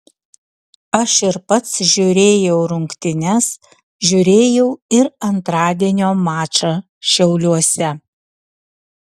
aš ir pats žiūrėjau rungtynes žiūrėjau ir antradienio mačą šiauliuose